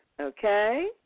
okay